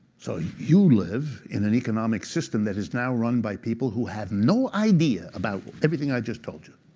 so you live in an economic system that is now run by people who have no idea about everything i just told you.